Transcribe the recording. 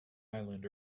island